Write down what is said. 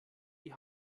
die